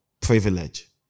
privilege